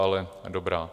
Ale dobrá.